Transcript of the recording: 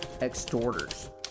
extorters